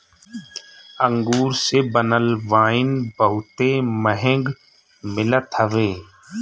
अंगूर से बनल वाइन बहुते महंग मिलत हवे